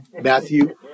Matthew